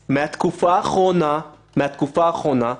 הנושא של הקושי בתוך המשפחה הוא בהחלט מאוד בולט,